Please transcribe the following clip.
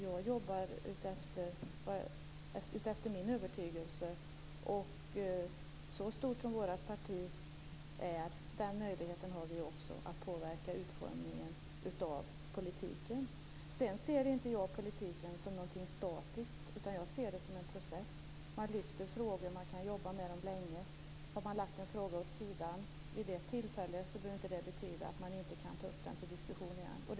Jag jobbar efter min övertygelse. Så stort som vårt parti är, så stor möjlighet har vi att påverka utformningen av politiken. Jag ser inte politiken som någonting statiskt. Jag ser det som en process. Man lyfter frågor och kan jobba med dem länge. Har man lagt en fråga åt sidan vid ett tillfälle behöver inte det betyda att man inte kan ta upp den till diskussion igen.